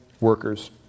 workers